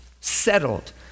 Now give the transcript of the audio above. settled